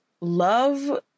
love